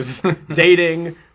dating